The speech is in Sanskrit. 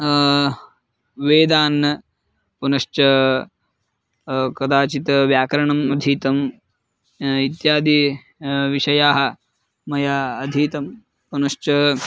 वेदान् पुनश्च कदाचित् व्याकरणम् अधीतम् इत्यादि विषयाः मया अधीतं पुनश्च